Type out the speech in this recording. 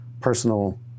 personal